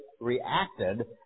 reacted